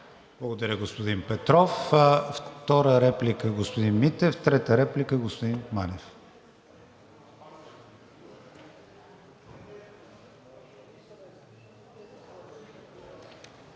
Благодаря, господин Петров. Втора реплика – господин Митев. Трета реплика – господин Манев.